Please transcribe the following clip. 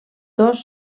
dos